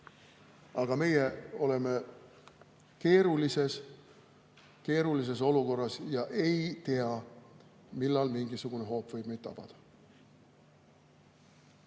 Aga meie oleme keerulises olukorras ja ei tea, millal mingisugune hoop võib meid tabada.